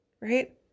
right